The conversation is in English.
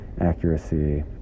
accuracy